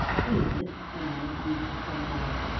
what is it? said i, looking into her troubled eyes.